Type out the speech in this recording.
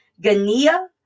Gania